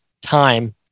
time